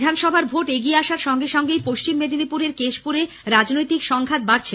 বিধানসভা ভোট এগিয়ে আসার সঙ্গে সঙ্গে পশ্চিম মেদিনীপুরের কেশপুরে রাজনৈতিক সংঘাত বাড়ছে